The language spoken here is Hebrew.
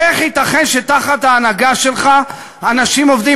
ואיך ייתכן שתחת ההנהגה שלך אנשים עובדים